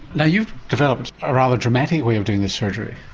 now you've developed a rather dramatic way of doing this surgery.